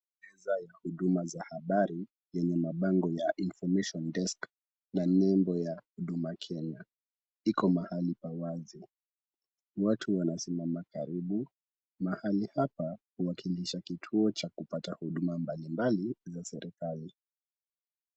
Meza ya huduma za habari yenye mabango ya information desk na nembo ya Huduma Kenya. Iko mahali pa wazi. Watu wanasimama karibu. Mahali hapa huwakilsha kituo cha kupata huduma mbalimbali za serikali.